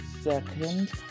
Second